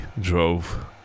drove